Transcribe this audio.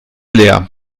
leer